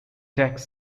tech